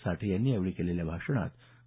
साठे यांनी यावेळी केलेल्या भाषणात ना